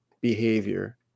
behavior